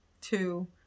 Two